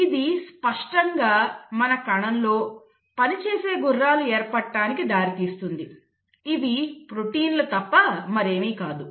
ఇది స్పష్టంగా మన కణంలో పని చేసే గుర్రాలు ఏర్పడటానికి దారితీస్తుంది ఇవి ప్రోటీన్లు తప్ప మరేమీ కాదు